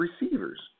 Receivers